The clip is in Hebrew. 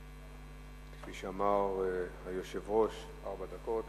כפי שאמר היושב-ראש, ארבע דקות